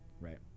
Right